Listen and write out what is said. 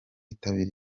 iki